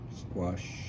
squash